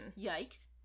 Yikes